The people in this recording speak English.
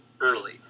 early